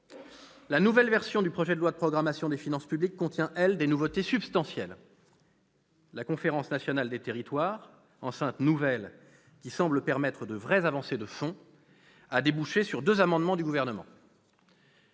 La nouvelle version du projet de loi de programmation des finances publiques contient, elle, des nouveautés substantielles. La Conférence nationale des territoires, enceinte nouvelle qui semble permettre de vraies avancées de fond, a débouché sur deux amendements du Gouvernement.